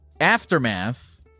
aftermath